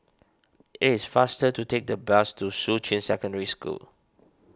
it is faster to take the bus to Shuqun Secondary School